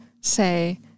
say